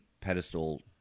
pedestal